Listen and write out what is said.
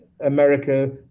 America